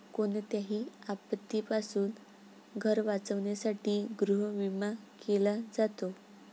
कोणत्याही आपत्तीपासून घर वाचवण्यासाठी गृहविमा केला जातो